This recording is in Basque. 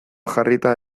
jarrita